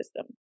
system